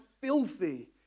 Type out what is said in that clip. filthy